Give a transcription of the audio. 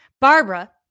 Barbara